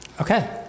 okay